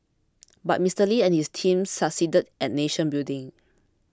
but Mister Lee and his team succeeded at nation building